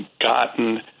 gotten